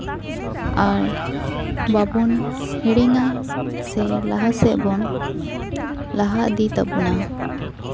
ᱟᱨ ᱵᱟᱵᱚᱱ ᱦᱤᱲᱤᱧᱟ ᱥᱮ ᱞᱟᱦᱟ ᱥᱮᱫ ᱵᱚᱱ ᱞᱟᱦᱟ ᱤᱫᱤᱭ ᱛᱟᱵᱳᱱᱟ